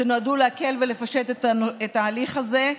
שנועדו להקל ולפשט את ההליך הזה.